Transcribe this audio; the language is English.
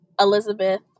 Elizabeth